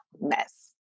mess